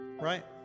Right